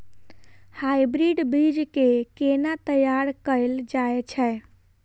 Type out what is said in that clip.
Hybrid बीज केँ केना तैयार कैल जाय छै?